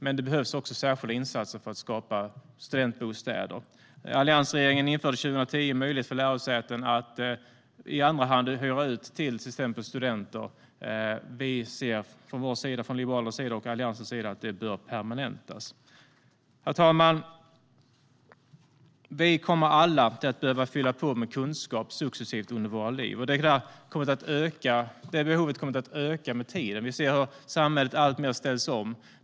Men det behövs också särskilda insatser för att skapa studentbostäder. Alliansregeringen införde 2010 en möjlighet för lärosäten att hyra ut till exempelvis studenter i andra hand. Från Liberalernas och Alliansens sida ser vi att det bör permanentas. Herr talman! Vi kommer alla att behöva fylla på med kunskap successivt under våra liv. Detta behov kommer att öka med tiden. Vi ser hur samhället alltmer ställs om.